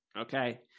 Okay